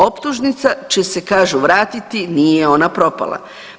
Optužnica će se kažu vratiti, nije ona propala.